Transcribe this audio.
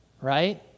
Right